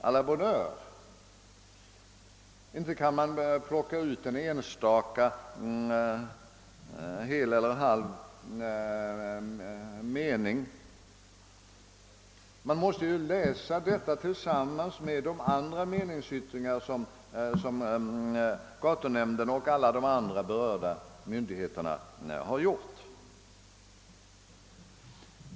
A la bonne heure, men man kan inte plocka ut en enstaka mening, hel eller halv, utan skrivelsen måste läsas tillsammans med gatunämndens och de andra berörda myndigheternas meningsyttringar.